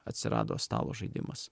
atsirado stalo žaidimas